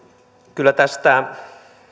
kyllä tästä